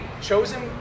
chosen